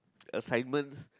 assignments